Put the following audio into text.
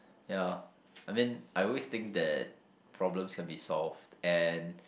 ya I mean I always think that problems can be solved and